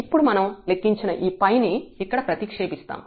ఇప్పుడు మనం లెక్కించిన ఈ 𝜙 ని ఇక్కడ ప్రతిక్షేపిస్తాము